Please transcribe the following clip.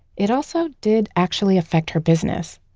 it also did actually affect her business.